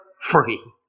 free